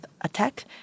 attack